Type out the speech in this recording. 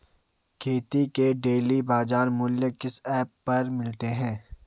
खेती के डेली बाज़ार मूल्य किस ऐप पर मिलते हैं?